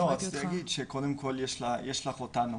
רציתי להגיד, שקודם כל יש לך אותנו,